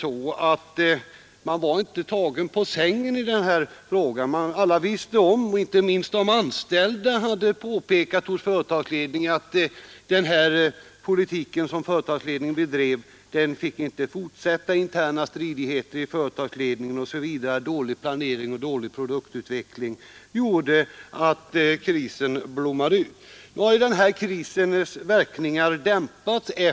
Man var ju inte tagen på sängen i det här fallet. Alla kände till svårigheterna, och de anställda hade förklarat för företagsledningen att den politik man där bedrev inte fick fortsätta. Det förekom interna stridigheter i ledningen, planeringen och produktutvecklingen var dålig osv., och det gjorde att krisen blommade ut. Läget var mycket bekymmersamt.